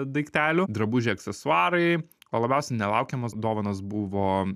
daiktelių drabužiai aksesuarai o labiausiai nelaukiamos dovanos buvo